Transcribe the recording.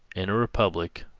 in a republic,